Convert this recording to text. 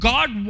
God